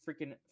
freaking